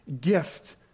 gift